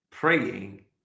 praying